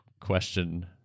question